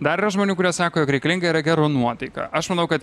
dar yra žmonių kurie sako jog reikalinga yra gera nuotaika aš manau kad